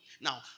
Now